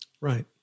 Right